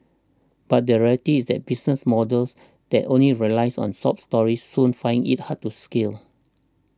but the reality is that business models that only relys on sob stories soon find it hard to scale